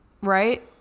right